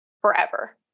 forever